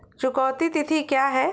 चुकौती तिथि क्या है?